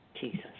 Jesus